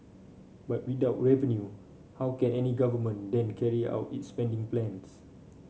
but without revenue how can any government then carry out its spending plans